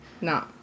No